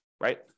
Right